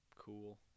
cool